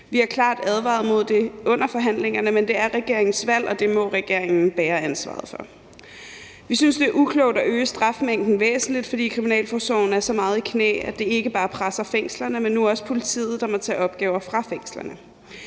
Vi har klart advaret mod det under forhandlingerne, men det er regeringens valg, og det må regeringen bære ansvaret for. Vi synes, det er uklogt at øge strafmængden væsentligt, fordi kriminalforsorgen er så meget i knæ, at det ikke bare presser fængslerne, men nu også politiet, der må tage opgaver fra fængslerne.